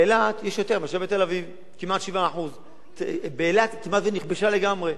באילת יש יותר מאשר בתל-אביב: כמעט 7%. אילת כמעט נכבשה לגמרי.